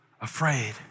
afraid